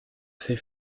ses